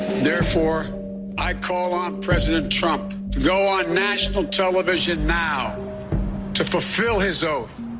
therefore i call on president trump to go on national television now to fulfill his oath.